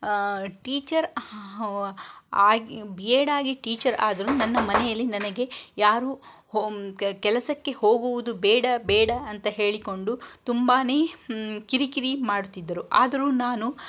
teacher ಆಗಿ B Ed ಆಗಿ teacher ಆಗಲು ನನ್ನ ಮನೆಯಲ್ಲಿ ನನಗೆ ಯಾರೂ ಹೊ ಕೆಲಸಕ್ಕೆ ಹೋಗುವುದು ಬೇಡ ಬೇಡ ಅಂತ ಹೇಳಿಕೊಂಡು ತುಂಬಾ ಕಿರಿಕಿರಿ ಮಾಡುತ್ತಿದ್ದರು ಆದರೂ ನಾನು